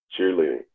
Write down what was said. Cheerleading